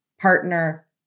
partner